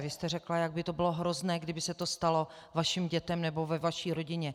Vy jste řekla, jak by to bylo hrozné, kdyby se to stalo vašim dětem nebo ve vaší rodině.